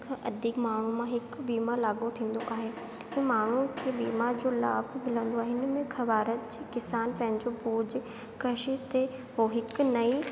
खां अधिक माण्हूअ मां हिकु बीमो लाॻू थींदो आहे ऐं माण्हूअ खे बीमा जो लाभ मिलंदो आहे हिन में ख़वार अची किसान पंहिंजो बोझु कशिशि ते पोइ हिकु नईं